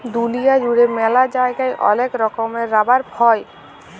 দুলিয়া জুড়ে ম্যালা জায়গায় ওলেক রকমের রাবার হ্যয়